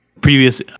previous